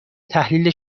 تحلیل